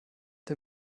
der